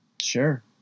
Sure